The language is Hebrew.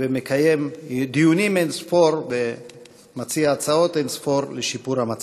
ומקיים דיונים אין-ספור ומציע הצעות אין-ספור לשיפור המצב.